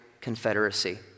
confederacy